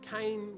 Cain